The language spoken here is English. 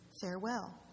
Farewell